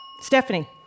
Stephanie